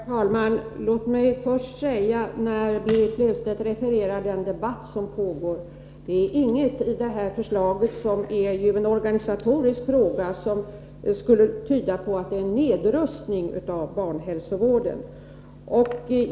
Herr talman! Låt mig först säga, eftersom Berit Löfstedt refererar den debatt som pågår, att det inte finns något i det här förslaget — som ju rör en organisatorisk fråga — som skulle tyda på en nedrustning av barnhälsovården.